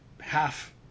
half